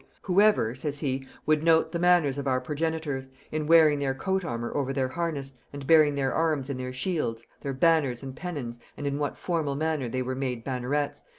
whoever, says he, would note the manners of our progenitors in wearing their coat-armour over their harness, and bearing their arms in their shields, their banners and pennons, and in what formal manner they were made bannerets,